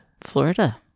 Florida